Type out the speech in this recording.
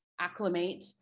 acclimate